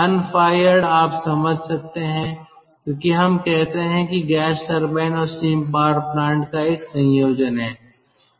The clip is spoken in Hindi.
अनफायर्ड आप समझ सकते हैं क्योंकि हम कहते हैं कि गैस टरबाइन और स्टीम पावर प्लांट का एक संयोजन है